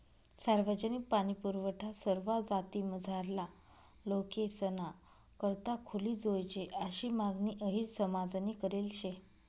सार्वजनिक पाणीपुरवठा सरवा जातीमझारला लोकेसना करता खुली जोयजे आशी मागणी अहिर समाजनी करेल शे